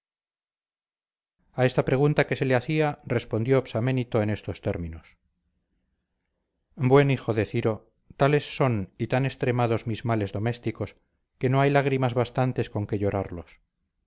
a esta pregunta que se le hacía respondió psaménito en éstos términos buen hijo de ciro tales son y tan extremados mis males domésticos que no hay lágrimas bastantes con qué llorarlos